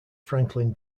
franklin